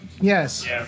Yes